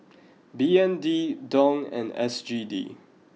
B N D Dong and S G D